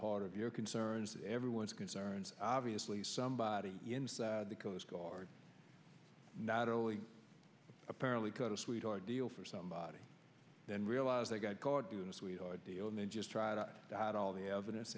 heart of your concerns everyone's concerns obviously somebody in the coast guard not only apparently cut a sweetheart deal for somebody then realize they got caught doing a sweetheart deal and then just tried to hide all the evidence